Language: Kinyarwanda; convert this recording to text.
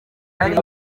ari